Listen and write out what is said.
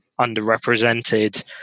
underrepresented